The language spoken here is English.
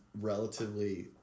relatively